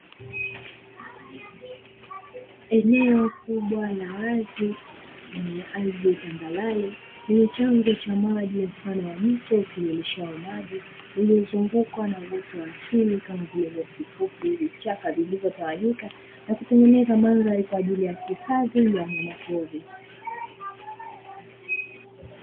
Eneo kubwa la wazi lenye ardhi tambarare lenye chanzo cha maji mfano wa mto utiririshao maji, uliozungukwa na uoto wa asili kama vile nyasi fupi, vichaka vilivyotawanyika na kutengeneza mandhari kwa ajili ya hifadhi ya wanyama pori.